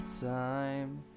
time